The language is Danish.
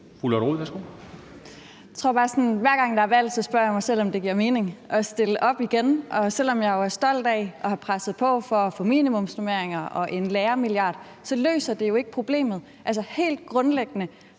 Lotte Rod, værsgo. Kl. 23:02 Lotte Rod (RV): Hver gang der er valg, spørger jeg mig selv, om det giver mening at stille op igen, og selv om jeg jo er stolt af at have presset på for at få minimumsnormeringer og en lærermilliard, løser det jo ikke problemet. Altså, helt grundlæggende